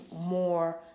more